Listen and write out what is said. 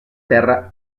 terra